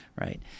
right